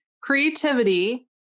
creativity